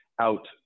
out